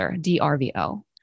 D-R-V-O